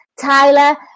Tyler